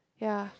ya